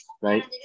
right